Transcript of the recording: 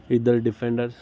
ఇద్దరు డిఫెండర్స్